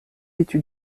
vêtu